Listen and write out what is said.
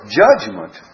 judgment